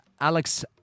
Alex